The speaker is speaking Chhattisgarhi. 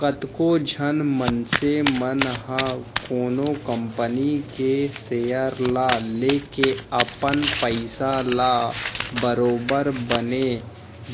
कतको झन मनसे मन ह कोनो कंपनी के सेयर ल लेके अपन पइसा ल बरोबर बने